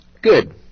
Good